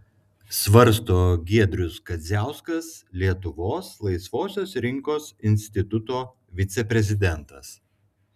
svarsto giedrius kadziauskas lietuvos laisvosios rinkos instituto viceprezidentas